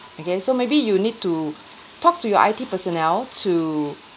okay so maybe you need to talk to your I_T personnel to